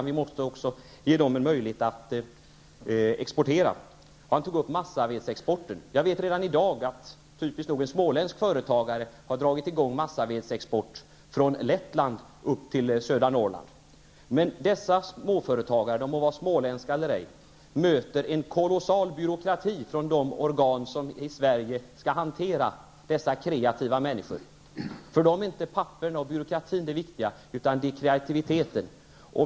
Vi måste också skapa en möjlighet för de baltiska staterna att exportera. Han tog upp massavedsexporten. Jag vet redan i dag att typiskt nog en småländsk företagare har dragit i gång massavedsexport från Lettland till södra Norrland. Men dessa småföretagare, de må vara småländska eller ej, möter en kolossal byråkrati från de organ som i Sverige skall hantera dessa kreativa människors idéer. För dessa människor är inte papperen och byråkratin det viktiga, utan det är kreativiteten.